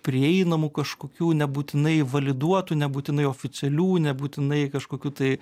prieinamų kažkokių nebūtinai validuotų nebūtinai oficialių nebūtinai kažkokių tai